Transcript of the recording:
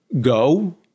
go